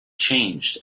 changed